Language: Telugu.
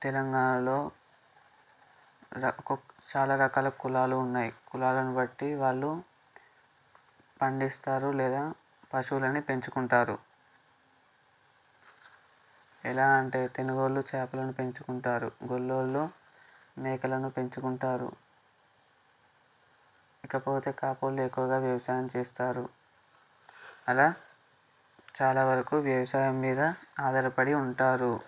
తెలంగాణలో చాలా రకాల కులాలు ఉన్నాయి కులాలను బట్టి వాళ్ళు పండిస్తారు లేదా పశువులని పెంచుకుంటారు ఎలా అంటే తెనుగోళ్ళు చేపలను పెంచుకుంటారు గొల్లోళ్ళు మేకలను పెంచుకుంటారు ఇకపోతే కాపులు ఎక్కువగా వ్యవసాయం చేస్తారు అలా చాలా వరకు వ్యవసాయం మీద ఆధారపడి ఉంటారు